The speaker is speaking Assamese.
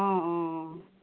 অঁ অঁ অঁ